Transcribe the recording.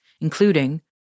including